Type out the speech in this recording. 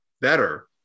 better